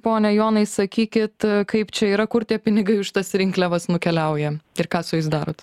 pone jonai sakykit kaip čia yra kur tie pinigai už tas rinkliavas nukeliauja ir ką su jais darot